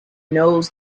knows